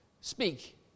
speak